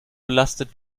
belastet